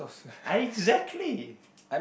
I exactly